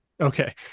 okay